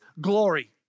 glory